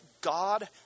God